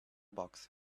box